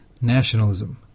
Nationalism